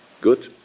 good